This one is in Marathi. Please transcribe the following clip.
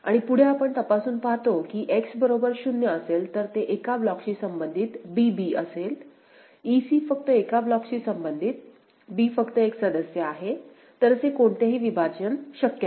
आणि पुढे आपण तपासून पाहतो की X बरोबर 0 असेल तर ते एका ब्लॉकशी संबंधित b bअसेल e c फक्त एका ब्लॉकशी संबंधित b फक्त एक सदस्य आहे तर असे कोणतेही विभाजन शक्य नाही